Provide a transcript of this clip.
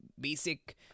basic